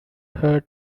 hurt